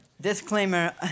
Disclaimer